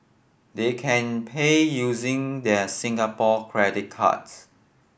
they can pay using their Singapore credit cards